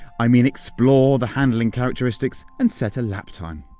i mean explore the handling characteristics and set a lap time.